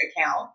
account